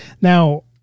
Now